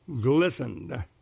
glistened